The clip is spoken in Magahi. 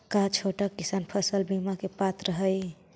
का छोटा किसान फसल बीमा के पात्र हई?